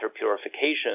purification